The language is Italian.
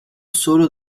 solo